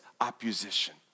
opposition